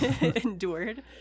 Endured